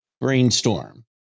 brainstorm